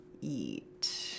eat